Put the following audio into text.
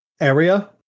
area